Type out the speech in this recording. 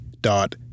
dot